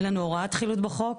אין לנו הוראת חילוט בחוק,